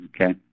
Okay